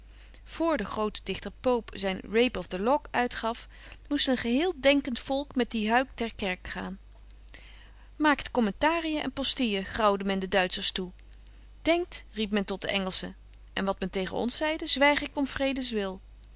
de grote dichter p o p e zyn rape of the lock uitgaf moest een geheel denkent volk met dien huik ter kerk gaan maakt commentariën en postillen graauwde men de duitschers toe denkt riep men tot de engelschen en wat men tegen ons zeide zwyg ik om vredens wil